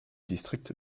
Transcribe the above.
district